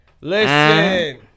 Listen